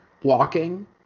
blocking